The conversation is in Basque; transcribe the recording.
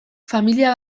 familia